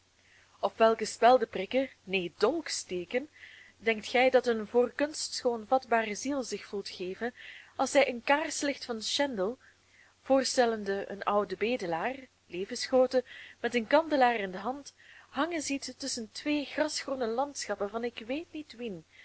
of welke speldeprikken neen dolksteken denkt gij dat eene voor kunstschoon vatbare ziel zich voelt geven als zij een kaarslicht van schendel voorstellende een ouden bedelaar levensgrootte met een kandelaar in de hand hangen ziet tusschen twee grasgroene landschappen van ik weet niet wien